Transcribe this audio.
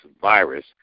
virus